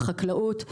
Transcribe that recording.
החקלאות,